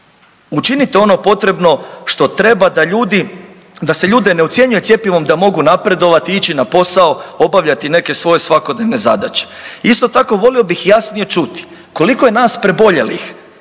učinite ono potrebno što treba da ljudi, da se ljude ne ucjenjuje cjepivom da mogu napredovati i ići na posao, obavljati neke svoje svakodnevne zadaće. Isto tako volio bih jasnije čuti koliko je nas preboljelih